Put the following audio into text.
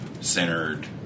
centered